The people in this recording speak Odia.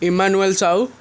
ଇମାନୱେଲ ସାହୁ